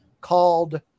called